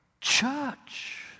church